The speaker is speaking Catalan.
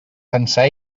sencer